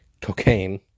cocaine